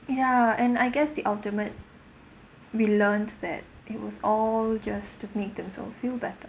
ya and I guess the ultimate we learnt that it was all just to make themselves feel better